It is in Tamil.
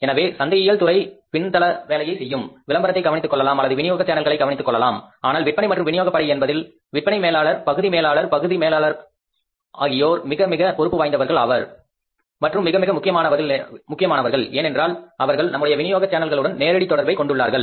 எனவே சந்தையியல் துறை பின் தல வேலையை செய்யும விளம்பரத்தை கவனித்துக் கொள்ளலாம் அல்லது வினியோகத் சேனல்களை கவனித்துக் கொள்ளலாம் ஆனால் விற்பனை மற்றும் விநியோக படை என்பதில் விற்பனை மேலாளர் பகுதி மேலாளர் பகுதி மேலாளர் ஆகியோர் மிக மிக பொறுப்பு வாய்ந்தவர்கள் ஆவர் மற்றும் மிக மிக முக்கியமானவர்கள் ஏனென்றால் அவர்கள் நம்முடைய வினியோக சேனல்களுடன் நேரடி தொடர்பை கொண்டுள்ளார்கள்